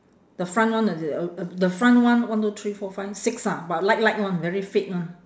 the front one is it uh uh the front one one two three four five six ah but light light [one] very fade [one]